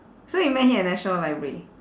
so you met him at national library